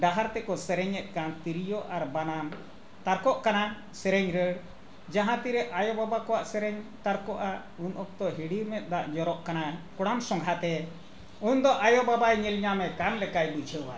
ᱰᱟᱦᱟᱨ ᱛᱮᱠᱚ ᱥᱮᱨᱮᱧᱮᱫ ᱠᱟᱱ ᱛᱤᱨᱭᱳ ᱟᱨ ᱵᱟᱱᱟᱢ ᱛᱟᱨᱠᱚᱜ ᱠᱟᱱᱟ ᱥᱮᱨᱮᱧ ᱨᱟᱹᱲ ᱡᱟᱦᱟᱸ ᱛᱤᱨᱮ ᱟᱭᱳ ᱵᱟᱵᱟ ᱠᱚᱣᱟᱜ ᱥᱮᱨᱮᱧ ᱛᱟᱨᱠᱚᱜᱼᱟ ᱩᱱ ᱚᱠᱛᱚ ᱦᱤᱰᱤᱨ ᱢᱮᱫ ᱫᱟᱜ ᱡᱚᱨᱚᱜ ᱠᱟᱱᱟ ᱠᱚᱲᱟᱢ ᱥᱚᱸᱜᱷᱟᱛᱮ ᱩᱱ ᱫᱚ ᱟᱭᱳ ᱵᱟᱵᱟᱭ ᱧᱮᱞ ᱧᱟᱢᱮ ᱠᱟᱱ ᱞᱮᱠᱟᱭ ᱵᱩᱡᱷᱟᱹᱣᱟᱭ